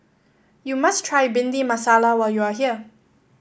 you must try Bhindi Masala when you are here